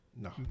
No